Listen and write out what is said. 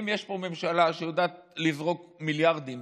אם יש פה ממשלה שיודעת לזרוק מיליארדים